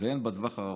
והן בטווח הרחוק.